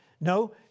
No